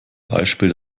beispiel